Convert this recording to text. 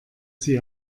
sie